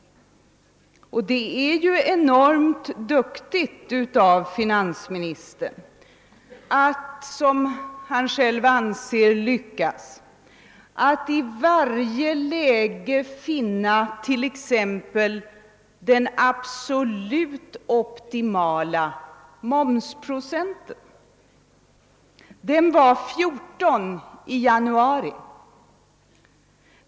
Och det är ju enormt duktigt av finansministern att, som han själv anser, lyckas med att i varje läge finna den absolut optimala momsprocenten. Den var 14 i januari.